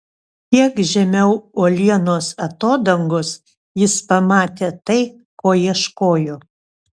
kiek žemiau uolienos atodangos jis pamatė tai ko ieškojo